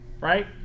right